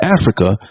Africa